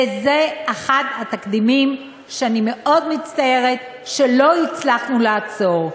וזה אחד התקדימים שאני מאוד מצטערת שלא הצלחנו לעצור.